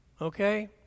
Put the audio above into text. Okay